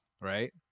right